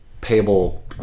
payable